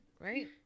Right